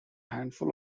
handful